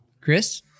chris